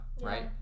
right